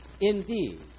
indeed